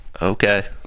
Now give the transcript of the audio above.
Okay